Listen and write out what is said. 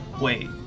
Wait